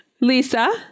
Lisa